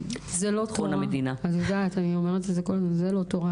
אני אומרת את זה כל הזמן, זה לא תורה.